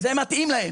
זה מתאים להם.